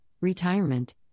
retirement